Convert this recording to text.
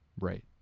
Right